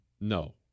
no